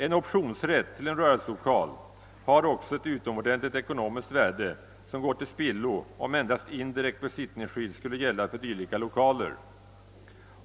En optionsrätt till en rörelselokal har också ett utomordentligt ekonomiskt värde, som skulle gå till spillo om endast indirekt besittningsskydd skulle gälla för dylika lokaler.